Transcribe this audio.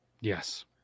Yes